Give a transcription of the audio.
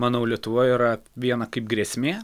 manau lietuvoj yra viena kaip grėsmė